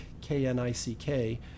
K-N-I-C-K